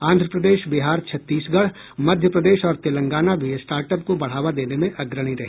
आंध्र प्रदेश बिहार छत्तीसगढ़ मध्य प्रदेश और तेलंगाना भी startup को बढ़ावा देने में अग्रणी रहे